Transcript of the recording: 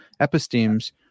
epistemes